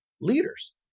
leaders